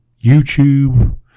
YouTube